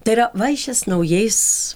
tai yra vaišės naujais